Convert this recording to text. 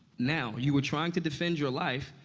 now, you were trying to defend your life,